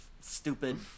stupid